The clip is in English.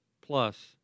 plus